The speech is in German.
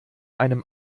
einem